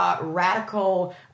Radical